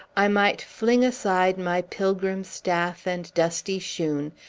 i might fling aside my pilgrim staff and dusty shoon,